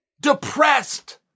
Depressed